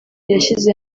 yashyize